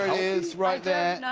is right there.